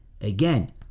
Again